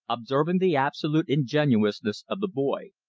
observing the absolute ingenuousness of the boy,